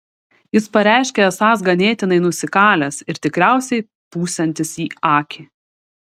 jis pareiškė esąs ganėtinai nusikalęs ir tikriausiai pūsiantis į akį